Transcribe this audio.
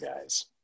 guys